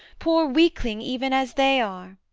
poor weakling even as they are